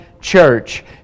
church